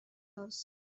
house